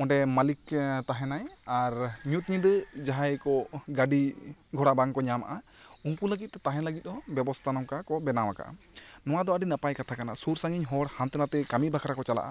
ᱚᱸᱰᱮ ᱢᱟᱹᱞᱤᱠ ᱮ ᱛᱟᱦᱮᱱᱟᱭ ᱟᱨ ᱧᱩᱛ ᱧᱤᱫᱟᱹ ᱡᱟᱦᱟᱸᱭ ᱠᱚ ᱜᱟᱹᱰᱤ ᱜᱷᱚᱲᱟ ᱵᱟᱝ ᱠᱚ ᱧᱟᱢᱟ ᱩᱱᱠᱩ ᱞᱟᱹᱜᱤᱫ ᱫᱚ ᱛᱟᱦᱮᱱ ᱞᱟᱹᱜᱤᱫ ᱦᱚᱸ ᱵᱮᱵᱚᱥᱛᱷᱟ ᱱᱚᱝᱠᱟ ᱠᱚ ᱵᱮᱱᱟᱣ ᱟᱠᱟᱫᱟ ᱱᱚᱣᱟ ᱫᱚ ᱟᱹᱰᱤ ᱱᱟᱯᱟᱭ ᱠᱟᱛᱷᱟ ᱠᱟᱱᱟ ᱥᱩᱨ ᱥᱟᱺᱜᱤᱧ ᱦᱚᱲ ᱦᱟᱱᱛᱮ ᱱᱷᱟᱛᱮ ᱠᱟᱹᱢᱤ ᱵᱟᱠᱷᱨᱟ ᱠᱚ ᱪᱟᱞᱟᱜᱼᱟ